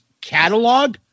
catalog